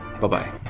Bye-bye